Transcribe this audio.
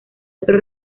otro